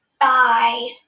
Bye